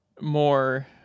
more